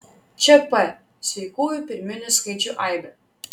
čia p sveikųjų pirminių skaičių aibė